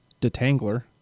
detangler